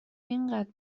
اینقدر